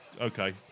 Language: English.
okay